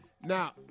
Now